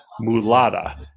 mulata